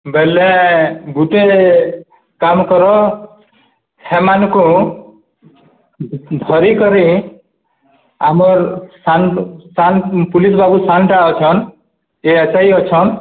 ବଲେ ଗୁଟେ କାମ କର ସେମାନଙ୍କୁ ଧରିିକରି ଆମର୍ ସା ପୋଲିସ ବାବୁ ଶନ୍ଟା ଅଛନ୍ ଏ ଏସ୍ ଆଇ ଅଛନ୍